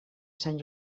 sant